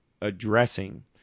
addressing